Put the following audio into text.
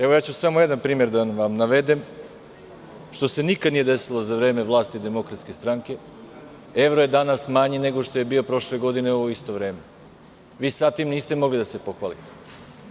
Evo, ja ću samo jedan primer da vam navedem, što se nikada nije desilo za vreme vlasti DS, evro je danas manji nego što je bio prošle godine u isto vreme, vi sa time niste mogli da se pohvalite.